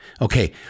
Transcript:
Okay